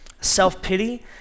Self-pity